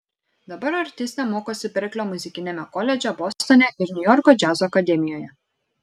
dabar artistė mokosi berklio muzikiniame koledže bostone ir niujorko džiazo akademijoje